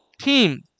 team